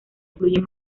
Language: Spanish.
incluye